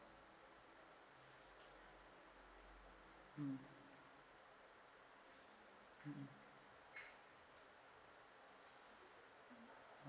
mm mmhmm